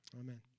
amen